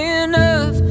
enough